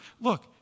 look